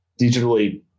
digitally